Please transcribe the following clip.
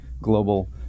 global